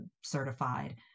certified